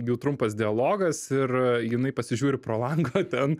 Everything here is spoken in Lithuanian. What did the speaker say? jų trumpas dialogas ir jinai pasižiūri pro langą o ten